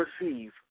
receive